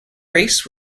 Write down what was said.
race